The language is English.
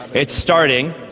it's starting,